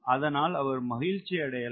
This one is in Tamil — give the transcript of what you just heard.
அதனால் அவர் மகிழ்ச்சி அடையலாம்